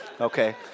Okay